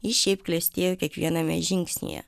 jis šiaip klestėjo kiekviename žingsnyje